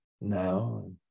now